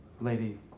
Lady